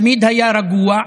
תמיד היה רגוע,